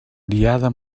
diada